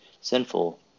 sinful